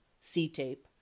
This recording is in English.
C-tape